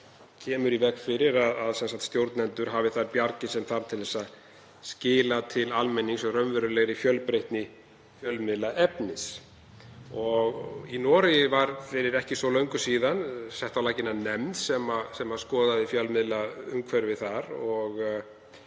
kemur í veg fyrir að stjórnendur hafi þær bjargir sem þarf til að skila til almennings raunverulegri fjölbreytni fjölmiðlaefnis. Í Noregi var fyrir ekki svo löngu síðan sett á laggirnar nefnd sem skoðaði fjölmiðlaumhverfið þar.